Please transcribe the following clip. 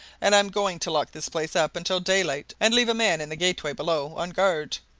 and i'm going to lock this place up until daylight and leave a man in the gateway below, on guard.